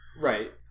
Right